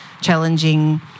challenging